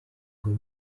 rue